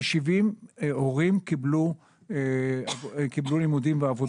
כ-70 הורים קיבלו לימודים ועבודה.